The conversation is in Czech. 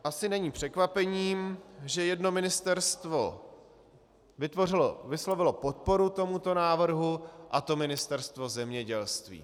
Asi není překvapením, že jedno ministerstvo vyslovilo podporu tomuto návrhu, a to Ministerstvo zemědělství.